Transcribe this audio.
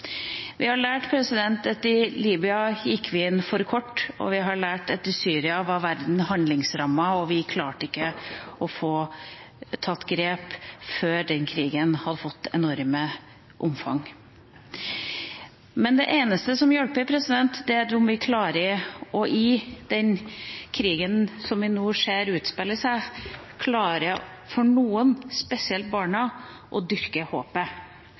Vi har lært at i Libya gikk vi inn for kort. Vi har lært at i Syria var verden handlingslammet, og vi klarte ikke å ta grep før den krigen hadde fått et enormt omfang. Det eneste som hjelper, er om vi klarer, for noen, spesielt barna, også i den krigen som vi nå ser utspille seg, å dyrke